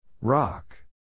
Rock